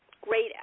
great